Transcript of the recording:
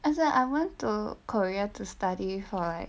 that's why I went to korea to study for like